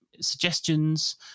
suggestions